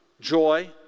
joy